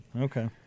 okay